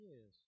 yes